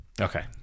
Okay